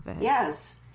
Yes